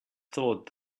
thought